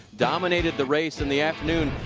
dominated the race in the afternoon.